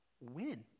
win